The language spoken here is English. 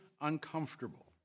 uncomfortable